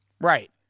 Right